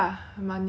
february